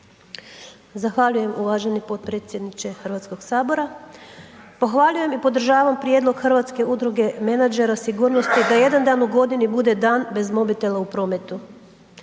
Zahvaljujem uvaženi potpredsjedniče Hrvatskog sabora. Pohvaljujem i podržavam prijedlog Hrvatske udruge menadžera sigurnosti da jedan dan u godini bude dan bez mobitela u prometu.